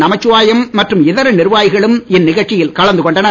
நமச்சிவாயம் மற்றும் இதர நிர்வாகிகளும் இந்நிகழ்ச்சியில் கலந்துகொண்டனர்